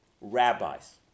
rabbis